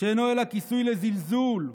שאינו אלא כיסוי לזלזול,